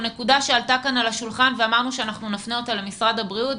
זו נקודה שעלתה כאן על השולחן ואמרנו שנפנה אותה למשרד הבריאות,